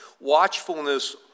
Watchfulness